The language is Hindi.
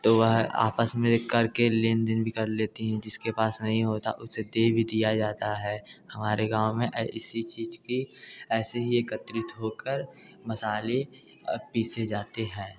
तो वह आपस में कर के लेन देन भी कर लेती हैं जिसके पास नहीं होता उसे दे भी दिया जाता है हमारे गाँव में इसी चीज़ की ऐसे ही एकत्रित हो कर मसाले पीसे जाते हैं